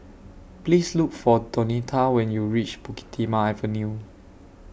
Please Look For Donita when YOU REACH Bukit Timah Avenue